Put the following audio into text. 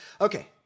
Okay